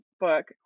book